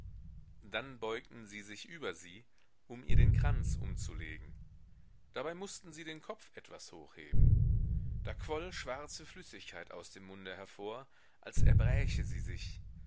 dann beugten sie sich über sie um ihr den kranz umzulegen dabei mußten sie den kopf etwas hochheben da quoll schwarze flüssigkeit aus dem munde hervor als erbräche sie sich